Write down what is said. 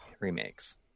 remakes